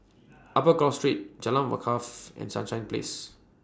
Upper Cross Street Jalan Wakaff and Sunshine Place